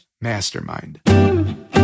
mastermind